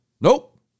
Nope